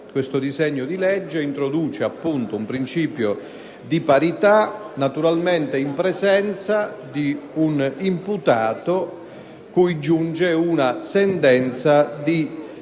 Questo disegno di legge introduce appunto un principio di parità, naturalmente in presenza di un imputato cui giunga una sentenza di